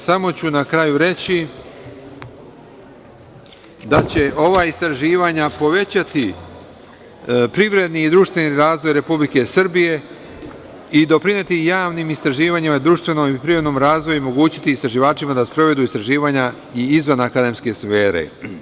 Samo ću na kraju reći da će ova istraživanja povećati privredni i društveni razvoj Republike Srbije i doprineti javnim istraživanjima, društvenom i privrednom razvoju i omogućiti istraživačima da sprovedu istraživanja i izvan akademske sfere.